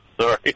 Sorry